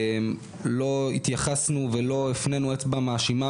לא התייחסנו ולא הפנינו אצבע מאשימה